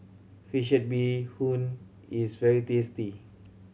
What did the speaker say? fish head bee hoon is very tasty